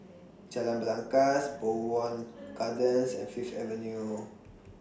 Jalan Belangkas Bowmont Gardens and Fifth Avenue